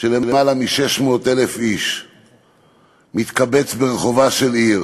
של למעלה מ-600,000 איש מתקבץ ברחובה של עיר,